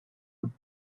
would